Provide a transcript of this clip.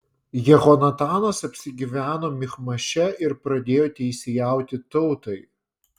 jehonatanas apsigyveno michmaše ir pradėjo teisėjauti tautai